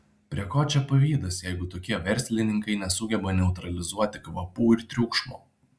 prie ko čia pavydas jeigu tokie verslininkai nesugeba neutralizuoti kvapų ir triukšmo